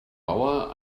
bauer